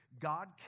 God